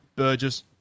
Burgess